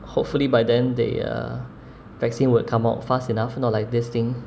hopefully by then they uh vaccine would come out fast enough not like this thing